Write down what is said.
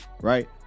right